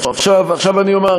עכשיו אני אומר,